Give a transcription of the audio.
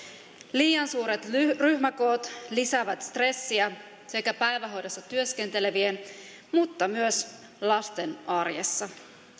liian suuret ryhmäkoot lisäävät stressiä päivähoidossa työskentelevien mutta myös lasten arjessa